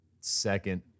Second